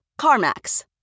CarMax